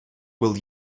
will